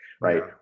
right